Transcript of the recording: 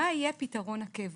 מה יהיה פתרון הקבע?